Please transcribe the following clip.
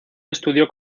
estudió